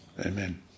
Amen